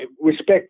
respect